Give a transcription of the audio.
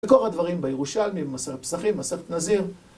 וכל הדברים בירושלמי, במסכת פסחים, במסכת נזיר.